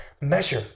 measure